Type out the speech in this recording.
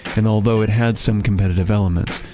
and although it had some competitive elements,